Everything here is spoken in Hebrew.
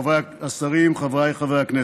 השרים, חבריי חברי הכנסת,